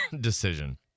decision